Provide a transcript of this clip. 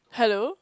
hello